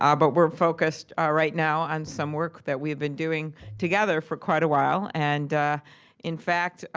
um but we're focused right now on some work that we have been doing together for quite a while, and in fact,